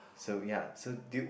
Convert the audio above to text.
so ya so do you